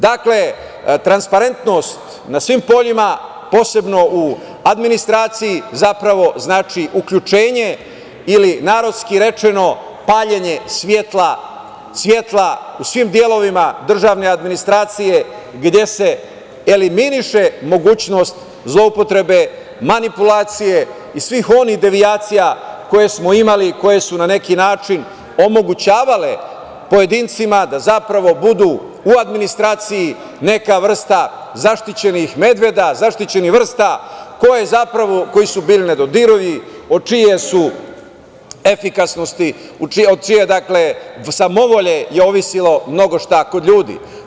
Dakle, transparentnost na svim poljima posebno u administraciji, zapravo znači uključenje ili narodski rečeno, paljenje svetla u svim delovima državne administracije gde se eliminiše mogućnost zloupotrebe, manipulacije i svih onih devijacija koje smo imali, koje su na neki način omogućavale pojedincima, da zapravo budu u administraciji neka vrsta zaštićenih medveda, zaštićenih vrsta koji su bili nedodirljivi, od čije su efikasnosti, od čije samovolje zavisilo mnogo šta kod ljudi.